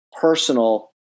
personal